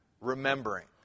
remembering